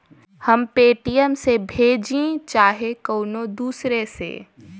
हम पेटीएम से भेजीं चाहे कउनो दूसरे से